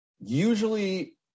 usually